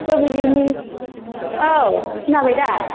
अबेनि औ खोनाबाय दा